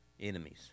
enemies